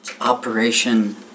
Operation